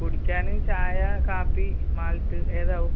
കുടിക്കാൻ ചായ കാപ്പി മാൾട്ട് ഏതാവും